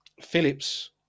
Phillips